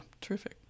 Terrific